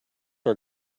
are